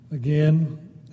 Again